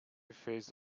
phase